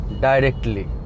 directly